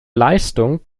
leistung